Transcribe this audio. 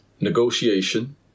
negotiation